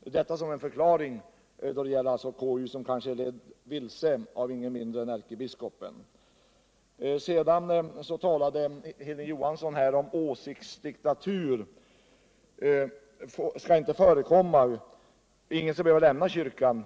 —- Detta som en förklaring till KU. som kanske är vilseledd av ingen mindre än ärkebiskopen. Sedan talade Hilding Johansson om att åsiktsdiktatur inte skall få förekomma, ingen skall behöva lämna kyrkan.